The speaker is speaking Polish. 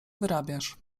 wyrabiasz